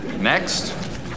Next